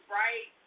right